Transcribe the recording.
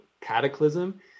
cataclysm